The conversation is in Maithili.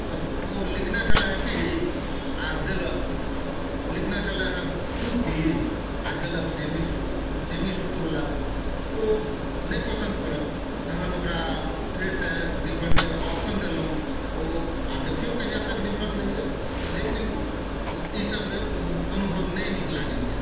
तऽ ओ लिखने छले हे किछु देलक किछु लिखने छले हे सूती आ देलक सेमी सूत सेमी सूतबला ओ नहि पसन्द पड़ल तहन ओकरा फेरसँ रिफण्डके आप्शन देलहुँ ओ आब देखियौ कहिआ तक रिफण्ड दैए लेकिन एहिसँ अनुभव नहि नीक लागैए